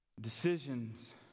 decisions